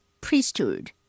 priesthood